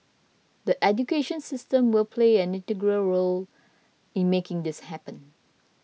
the education system will play an integral role in making this happen